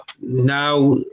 now